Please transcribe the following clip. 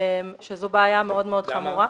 וזו בעיה מאוד מאוד חמורה.